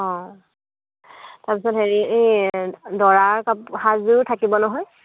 অঁ তাৰ পিছত হেৰি এই দৰাৰ কাপ সাজযোৰো থাকিব নহয়